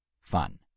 fun